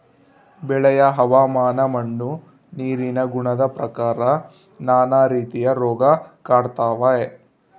ಬೆಳೆಯ ಹವಾಮಾನ ಮಣ್ಣು ನೀರಿನ ಗುಣದ ಪ್ರಕಾರ ನಾನಾ ರೀತಿಯ ರೋಗ ಕಾಡ್ತಾವೆ